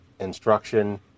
instruction